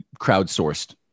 crowdsourced